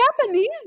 Japanese